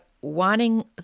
wanting